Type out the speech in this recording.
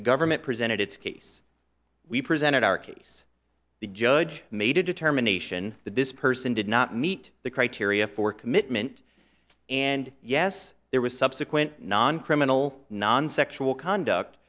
the government presented its case we presented our case the judge made a determination that this person did not meet the criteria for commitment and yes there was subsequent non criminal non sexual conduct